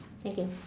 thank you